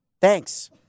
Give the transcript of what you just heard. Thanks